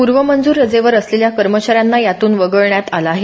पूर्वमंजूर रजेवर असलेल्या कर्मचाऱ्यांना यातून वगळण्यात आलं आहे